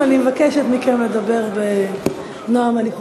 אבל אני מבקשת מכם לדבר בנועם הליכות.